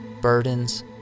burdens